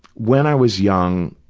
when i was young,